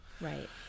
Right